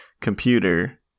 computer